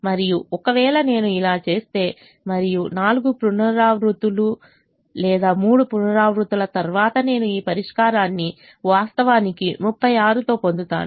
మరియు ఒకవేళ నేను ఇలా చేస్తే మరియు 4 పునరావృత్తులు లేదా 3 పునరావృతాల తర్వాత నేను ఈ పరిష్కారాన్ని వాస్తవానికి 36 తో పొందుతాను